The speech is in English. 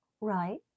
Right